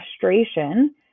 frustration